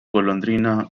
golondrina